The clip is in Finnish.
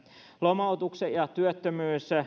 lomautukset ja työttömyys